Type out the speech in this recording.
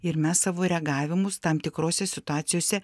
ir mes savo reagavimus tam tikrose situacijose